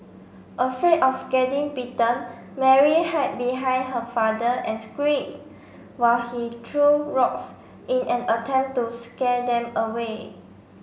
afraid of getting bitten Mary hid behind her father and screamed while he threw rocks in an attempt to scare them away